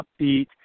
upbeat